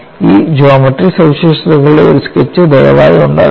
ഈ ജോമട്രി സവിശേഷതകളുടെ ഒരു സ്കെച്ച് ദയവായി ഉണ്ടാക്കുക